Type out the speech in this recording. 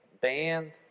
band